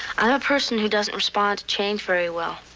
a person who doesn't respond to change very well.